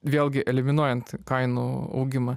vėlgi eliminuojant kainų augimą